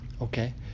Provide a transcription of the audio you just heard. Okay